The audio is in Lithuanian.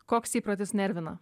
koks įprotis nervina